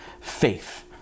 faith